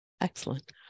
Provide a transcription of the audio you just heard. Excellent